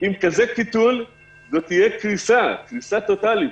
עם כזה קיטון זו תהיה קריסה טוטלית.